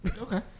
Okay